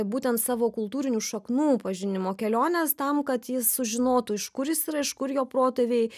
būtent savo kultūrinių šaknų pažinimo keliones tam kad jis sužinotų iš kur jis yra iš kur jo protėviai